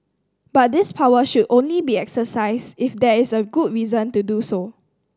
but this power should only be exercised if there is a good reason to do so